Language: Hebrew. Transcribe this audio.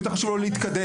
יותר חשוב לו להתקדם,